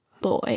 boy